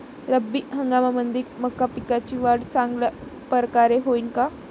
रब्बी हंगामामंदी मका पिकाची वाढ चांगल्या परकारे होईन का?